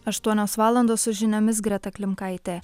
aštuonios valandos su žiniomis greta klimkaitė